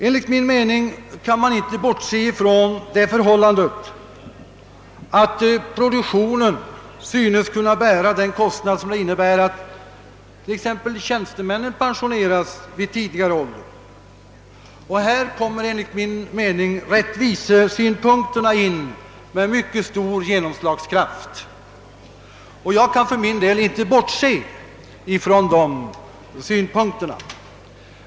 Enligt min mening kan man inte bortse från det faktum att produktionen synes kunna bära den kostnad som följer av att t.ex. tjänstemännen pensioneras vid tidigare ålder. Här kommer då rättvisesynpunkterna in med stor genomslagskraft. Jag kan för min del inte bortse ifrån de synpunkterna.